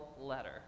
letter